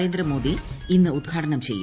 നരേന്ദ്ര മോദി ഇന്ന് ഉദ്ഘാടനം ചെയ്യും